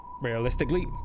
Realistically